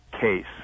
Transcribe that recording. case